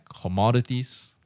commodities